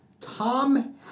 Tom